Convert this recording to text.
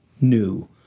new